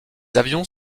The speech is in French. avions